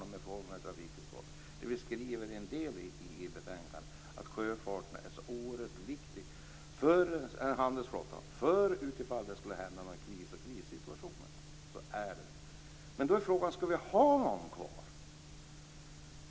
Jag arbetar med dessa frågor i trafikutskottet, och i betänkandet skriver vi att handelsflottan är oerhört viktig för den händelse att kris och krigssituationer inträffar.